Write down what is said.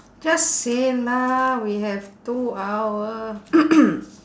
just say lah we have two hour